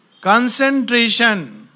Concentration